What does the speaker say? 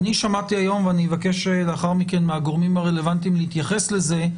אני שמעתי היום ואני מבקש לאחר מכן מהגורמים הרלוונטיים להתייחס לזה,